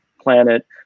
planet